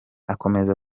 akomeza